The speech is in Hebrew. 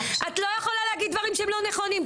את לא יכולה להגיד דברים שהם לא נכונים,